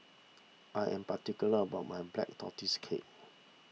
I am particular about my Black Tortoise Cake